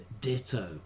ditto